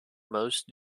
most